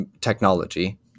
technology